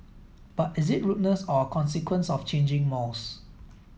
but is it rudeness or a consequence of changing mores